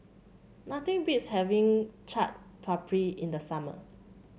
nothing beats having Chaat Papri in the summer